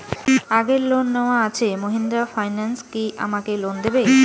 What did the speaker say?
আগের লোন নেওয়া আছে মাহিন্দ্রা ফাইন্যান্স কি আমাকে লোন দেবে?